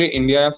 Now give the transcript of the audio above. India